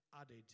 added